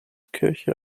kirche